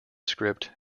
script